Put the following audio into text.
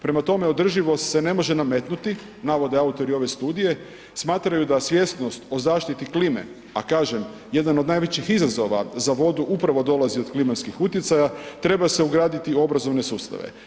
Prema tome, održivost se ne može nametnuti navode autori ove studije, smatraju da svjesnost o zaštiti klime, a kažem jedan od najvećih izazova za vodu upravo dolazi od klimatskih utjecaja treba se ugraditi u obrazovne sustave.